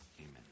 Amen